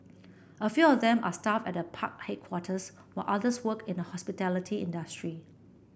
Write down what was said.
a few of them are staff at the park headquarters while others work in the hospitality industry